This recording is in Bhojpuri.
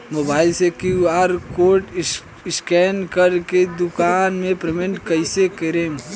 मोबाइल से क्यू.आर कोड स्कैन कर के दुकान मे पेमेंट कईसे करेम?